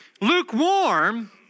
Lukewarm